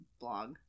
blog